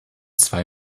zwei